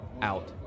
out